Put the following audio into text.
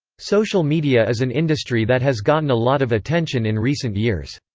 social media is an industry that has gotten a lot of attention in recent years.